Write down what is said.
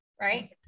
right